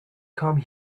come